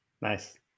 nice